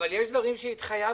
אבל יש דברים שהתחייבתם,